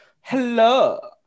hello